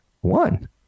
One